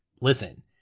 listen